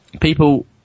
people